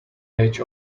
edge